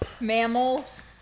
Mammals